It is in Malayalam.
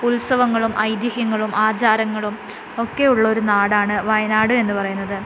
ഉത്സവങ്ങളും ഐതിഹ്യങ്ങളും ആചാരങ്ങളും ഒക്കെ ഉള്ളൊരു നാടാണ് വയനാട് എന്നു പറയുന്നത്